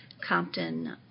Compton